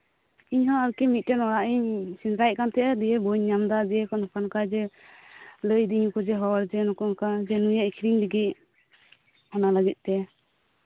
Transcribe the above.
ᱤᱧ ᱦᱚᱸ ᱟᱨ ᱠᱤ ᱢᱤᱫᱴᱮᱱ ᱚᱲᱟᱜ ᱤᱧ ᱥᱮᱸᱫᱽᱨᱟᱭᱮᱜ ᱠᱟᱱ ᱛᱟᱸᱦᱮᱱᱟ ᱫᱤᱭᱮ ᱵᱟᱹᱧ ᱧᱟᱢ ᱮᱫᱟ ᱚᱱᱠᱟ ᱜᱮ ᱞᱟᱹᱭ ᱟᱹᱫᱤᱧᱟ ᱠᱚ ᱦᱚᱲ ᱡᱮ ᱱᱩᱭ ᱮ ᱟᱠᱷᱨᱤᱧ ᱞᱟᱹᱜᱤᱫ ᱚᱱᱟ ᱞᱟᱹᱜᱤᱫ ᱛᱮ